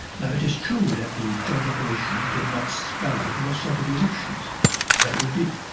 now it is true that the joint declaration did not spell out what sort of elections that would be.